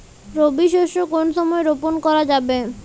রবি শস্য কোন সময় রোপন করা যাবে?